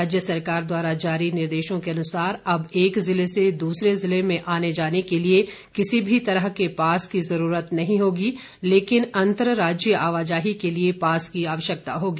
राज्य सरकार द्वारा जारी निर्देशों के अनुसार अब एक जिले से दूसरे जिले में आने जाने के लिए किसी भी तरह के पास के जरूरत नहीं होगी लेकिन अंतर्राज्यीय आवाजाही के लिए पास की आवश्यकता होगी